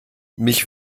mich